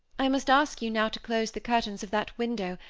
i must ask you now to close the curtains of that window,